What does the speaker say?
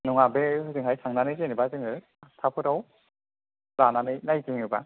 नङा बे हजोंहाय थांनानै जेनेबा जोङो लानानै नायदिङोबा